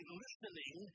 listening